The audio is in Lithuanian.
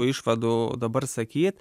išvadų dabar sakyt